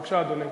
בבקשה, אדוני.